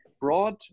broad